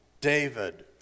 David